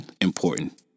Important